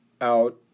out